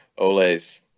Ole's